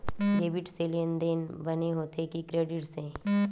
Debit से लेनदेन बने होथे कि क्रेडिट से?